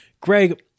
Greg